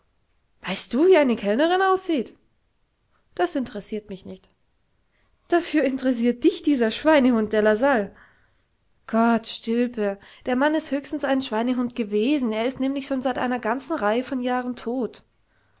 weißt du wie eine kellnerin aussieht das interessiert mich nicht dafür interessiert dich dieser schweinehund der lassalle gott stilpe der mann ist höchstens ein schweinehund gewesen er ist nämlich schon seit einer ganzen reihe von jahren tot